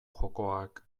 jokoak